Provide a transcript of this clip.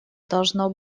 должно